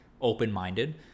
open-minded